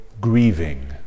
grieving